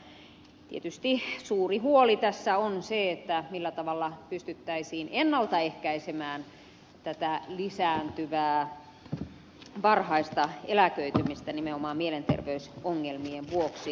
tietysti suuri huoli tässä on se millä tavalla pystyttäisiin ennalta ehkäisemään tätä lisääntyvää varhaista eläköitymistä nimenomaan mielenterveysongelmien vuoksi